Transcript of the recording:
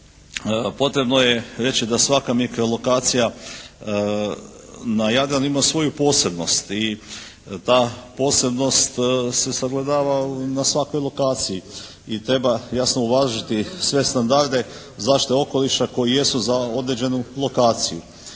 potrebno je reći da svaka mikrolokacija na Jadranu ima svoju posebnost i ta posebnost se sagledava na svakoj lokaciji. I treba jasno uvažiti sve standarde zaštite okoliša koji jesu za određenu lokaciju.